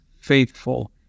faithful